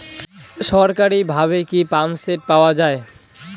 সরকারিভাবে কি পাম্পসেট পাওয়া যায়?